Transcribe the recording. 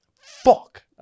fuck